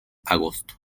agosto